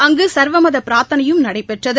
அங்குசர்வமதபிரார்த்தனையும் நடைபெற்றது